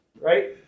Right